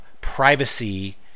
privacy